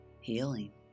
healing